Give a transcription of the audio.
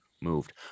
moved